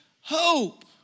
hope